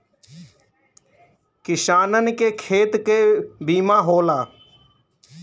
किसानन के खेत के बीमा होला